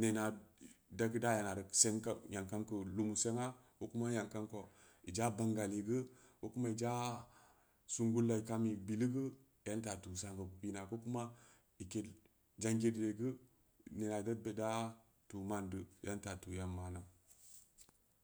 nena dayana ru seng kau nyam kam kou lumu seng aa ko kuma yam kam kou ija ban gali geu ko kuma ija sungulla kam i billi gen idan ta tuu sannbe piria ko kuma i ked jangiridai geu nena deb deu da tuuman deu indan ta tuu nya'an mana